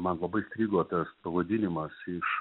man labai strigo tas pavadinimas iš